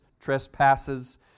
trespasses